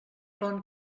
bon